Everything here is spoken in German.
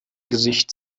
gesicht